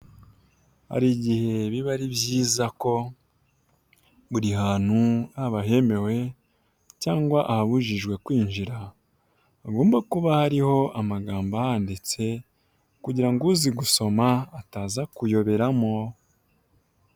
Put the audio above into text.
Hari igihe biba ari byiza ko buri hantu haba ahemewe cyangwa ahabujijwe kwinjira hagomba kuba hariho amagambo ahanditse kugira ngo uzi gusoma ataza kuyoberamo.